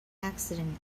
accident